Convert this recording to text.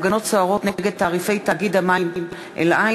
הפגנות סוערות נגד תעריפי תאגיד המים אל-עין,